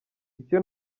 icyo